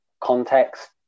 context